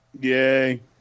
Yay